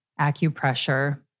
acupressure